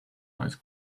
ice